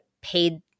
paid